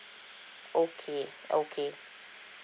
okay okay